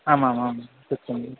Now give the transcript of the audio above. आमामाम् सत्यम्